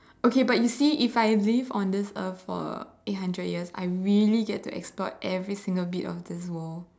okay but you see if I live on this earth for eight hundred years I really get to explore every single bit of this world